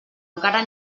encara